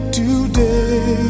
today